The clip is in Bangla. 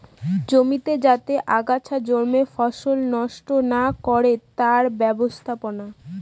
জমিতে যাতে আগাছা জন্মে ফসল নষ্ট না করে তার ব্যবস্থাপনা